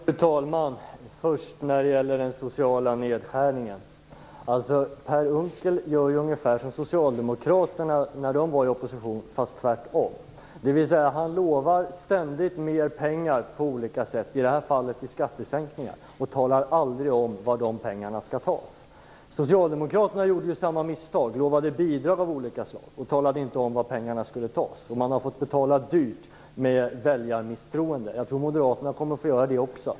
Fru talman! Först om den sociala nedskärningen. Per Unckel gör ungefär som Socialdemokraterna när de var i opposition, fast tvärtom. Han lovar ständigt mer pengar på olika sätt, i det här fallet skattesänkningar, och talar aldrig om var de pengarna skall tas. Socialdemokraterna gjorde samma misstag, lovade bidrag av olika slag och talade inte om var pengarna skulle tas. De har fått betala dyrt med väljarmisstroende. Jag tror att Moderaterna kommer att få göra det också.